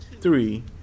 three